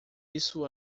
isso